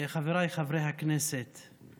חבריי חברי הכנסת,